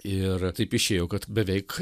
ir taip išėjo kad beveik